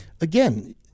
Again